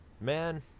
man